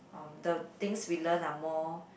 um the things we learn are more